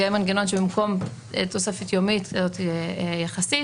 במקום תוספת יומית יחסית